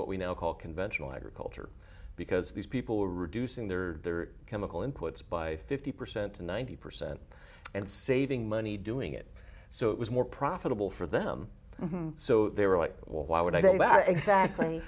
what we now call conventional agriculture because these people are reducing their their chemical inputs by fifty percent to ninety percent and saving money doing it so it was more profitable for them so they were like why would i